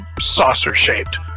saucer-shaped